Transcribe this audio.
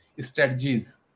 strategies